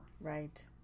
Right